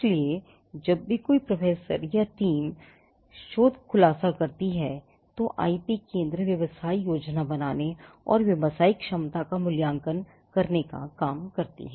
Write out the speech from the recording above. इसलिए जब भी कोई प्रोफेसर या एक शोध टीम खुलासा करती हैतो आईपी केंद्र व्यवसाय योजना बनाने और व्यावसायिक क्षमता का मूल्यांकन करने का काम करती है